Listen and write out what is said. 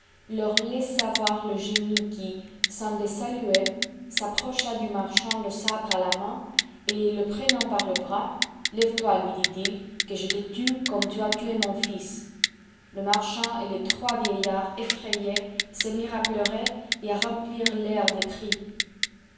leur laissa voir le génie qui sans les saluer s'approcha du marchand le sabre à la main et le prenant par le bras lève-toi lui dit-il que je te tue comme tu as tué mon fils le marchand et les trois vieillards effrayés se mirent à pleurer et à remplir l'air de cris